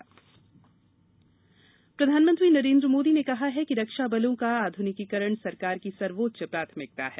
कारगिलविजय दिवस प्रधानमंत्री नरेन्द्र मोदी ने कहा है कि रक्षा बलों का आध्निकीकरण सरकार की सर्वोच्च प्राथमिकता है